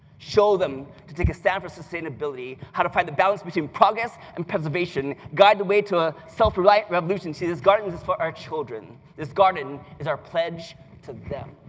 show them to take a stand for sustainability how to find the balance between progress and preservation, guide the way to ah self reliant revolution you see this garden is is for our children, this garden is our pledge to them.